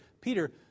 Peter